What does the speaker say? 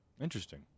Interesting